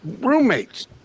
roommates